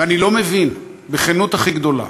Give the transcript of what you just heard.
ואני לא מבין, בכנות הכי גדולה,